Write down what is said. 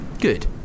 Good